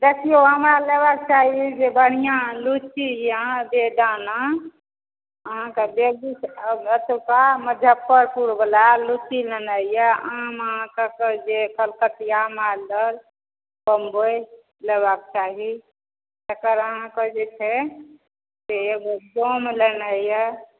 देखिऔ हमरा लेबाके चाही जे बढ़िआँ लीची अहाँजे दाना अहाँकेँ बेगु ओतुका मजफ्फरपुर बला लीची लेना यऽ आम अहाँकेँ जे कलकतिआ मालदह बम्बइ लेबाक चाही एकर अहाँकेँ जे छै से एगो बोम लेना यऽ